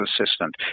assistant